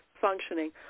functioning